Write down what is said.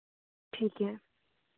ठीक है